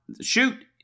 shoot